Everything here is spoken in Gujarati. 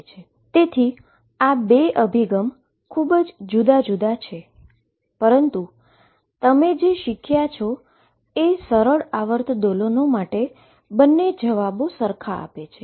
તેથી આ બે ખૂબ જ જુદા જુદા અભિગમો છે પરંતુ તમે જે શીખ્યા તે એ છે કે સિમ્પલ હાર્મોનીક ઓસ્સિલેશન માટે બંને સમાન જવાબો આપે છે